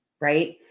right